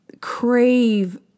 crave